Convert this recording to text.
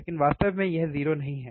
लेकिन वास्तव में यह 0 नहीं है